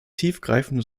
tiefgreifende